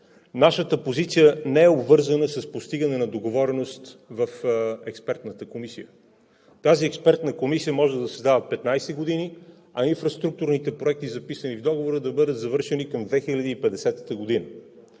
Нашата позиция не е обвързана с постигане на договореност в експертната комисия. Тази експертна комисия може да заседава 15 години, а инфраструктурните проекти, записани в Договора, да бъдат завършени към 2050 г.